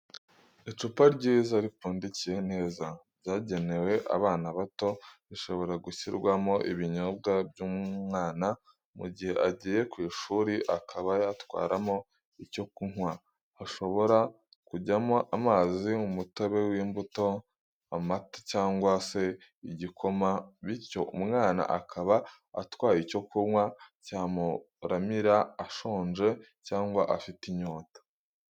Icupa ryiza ripfundikiye neza ryagenewe abana bato rishobora gushyirwamo ibinyobwa by'umwana mu gihe agiye ku ishuri akaba yatwaramo icyo kunywa hashobora kujyamo amazi umutobe w'imbuto, amata cyangwa se igikoma bityo umwana akaba atwaye icyo kunywa cyamuramira ashonje cyangwa afite inyota.